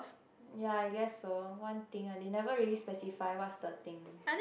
ya I guess so one thing they never really specify what's the thing